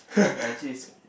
as it's